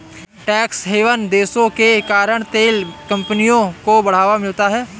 tax haven देशों के कारण तेल कंपनियों को बढ़ावा मिलता है